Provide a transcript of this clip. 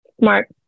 smart